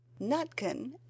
Nutkin